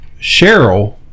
Cheryl